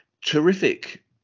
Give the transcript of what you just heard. Terrific